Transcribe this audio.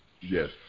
Yes